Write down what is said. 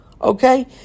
Okay